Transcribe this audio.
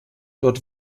dort